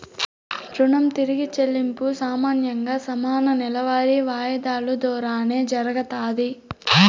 రుణం తిరిగి చెల్లింపు సామాన్యంగా సమాన నెలవారీ వాయిదాలు దోరానే జరగతాది